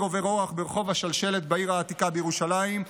עובר אורח ברחוב השלשלת בעיר העתיקה בירושלים.